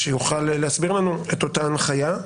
שיוכל להסביר לנו את אותה הנחיה.